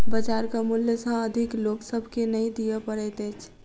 बजारक मूल्य सॅ अधिक लोक सभ के नै दिअ पड़ैत अछि